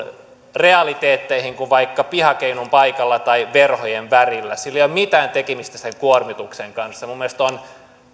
realiteetteihin kuin vaikka pihakeinun paikalla tai verhojen värillä sillä ei ole mitään tekemistä sen kuormituksen kanssa minun mielestä on